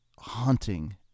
haunting